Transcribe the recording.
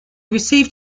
received